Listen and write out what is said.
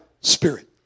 spirit